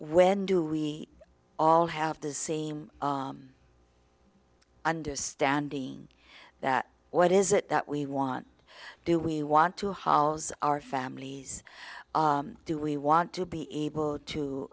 when do we all have the same understanding that what is it that we want do we want to hols our families do we want to be able